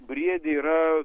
briedė yra